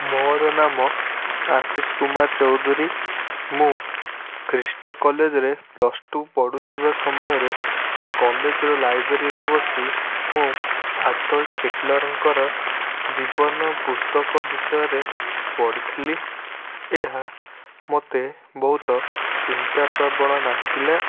ମୋର ନାମ ଆଶିଷ କୁମାର ଚୌଧୁରୀ ମୁଁ କ୍ରିଷ୍ଟ କଲେଜରେ ପ୍ଲସ୍ ଟୁ ପଢ଼ୁଥିବା ସମୟରେ କଲେଜରେ ଲାଇବ୍ରେରୀରେ ବସି ମୁଁ ଆଡ଼ଲଫ୍ ହିଟଲରଙ୍କର ଜୀବନୀ ପୁସ୍ତକ ବିଷୟରେ ପଢ଼ିଥିଲି ଏହା ମୋତେ ବହୁତ ଚିନ୍ତାପ୍ରବଣ ଲାଗିଲା